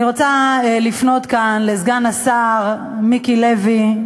אני רוצה לפנות כאן לסגן השר מיקי לוי,